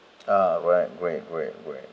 uh right great great great